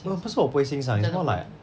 no 不是我不会欣赏 it's more like